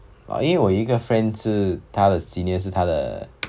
因为我一个 friend 是他的 senior 是他的